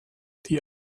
die